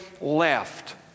left